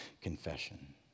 confession